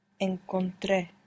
Encontré